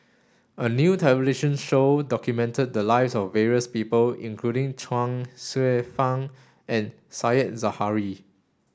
a new television show documented the lives of various people including Chuang Hsueh Fang and Said Zahari